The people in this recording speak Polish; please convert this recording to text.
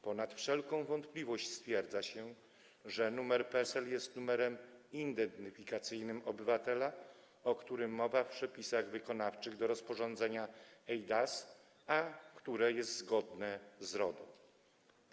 Ponad wszelką wątpliwość stwierdza się, że numer PESEL jest numerem identyfikacyjnym obywatela, o którym mowa w przepisach wykonawczych do rozporządzenia eIDAS, a które jest zgodne z RODO.